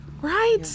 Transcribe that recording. Right